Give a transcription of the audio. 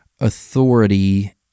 authority